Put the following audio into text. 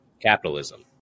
capitalism